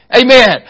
Amen